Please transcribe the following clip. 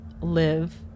live